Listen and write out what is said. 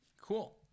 Cool